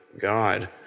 God